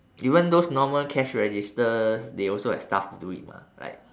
even those normal cash registers they also have staff to do it [what] like